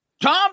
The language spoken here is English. Tom